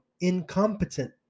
incompetent